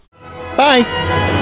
Bye